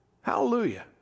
Hallelujah